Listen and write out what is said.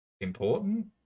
important